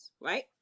right